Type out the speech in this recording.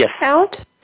out